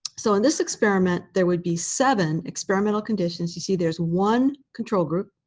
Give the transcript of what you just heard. so in this experiment, there would be seven experimental conditions. you see there's one control group,